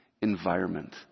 environment